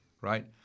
right